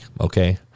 okay